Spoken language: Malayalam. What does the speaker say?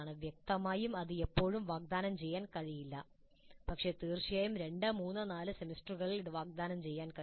വ്യക്തമായും ഇത് എപ്പോഴും വാഗ്ദാനം ചെയ്യാൻ കഴിയില്ല പക്ഷേ തീർച്ചയായും 2 3 4 സെമസ്റ്ററുകളിൽ ഇത് വാഗ്ദാനം ചെയ്യാൻ കഴിയും